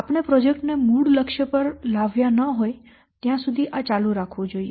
આપણે પ્રોજેક્ટ ને મૂળ લક્ષ્ય પર લાવ્યા ન હોય ત્યાં સુધી આ ચાલુ રાખવું જોઈએ